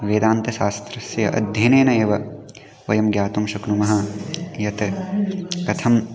वेदान्तशास्त्रस्य अध्ययनेन एव वयं ज्ञातुं शक्नुमः यत् कथम्